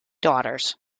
daughters